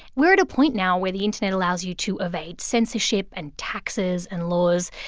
we're at a point now where the internet allows you to evade censorship and taxes and laws.